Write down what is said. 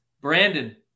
Brandon